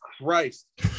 Christ